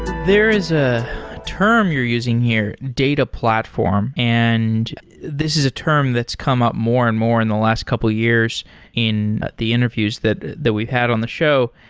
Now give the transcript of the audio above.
there is a term you're using here, data platform, and this is a term that's come up more and more in the last couple of years in the interviews that that we've had on the show.